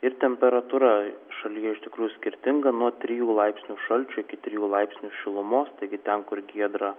ir temperatūra šalyje iš tikrųjų skirtinga nuo trijų laipsnių šalčio iki trijų laipsnių šilumos taigi ten kur giedra